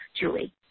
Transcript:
Julie